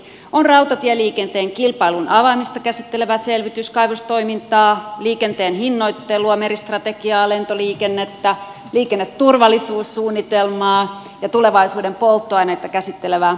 on rautatieliikenteen kilpailun avaamista käsittelevä selvitys kaivostoimintaa liikenteen hinnoittelua meristrategiaa lentoliikennettä liikenneturvallisuussuunnitelmaa ja tulevaisuuden polttoaineita käsitteleviä selvityksiä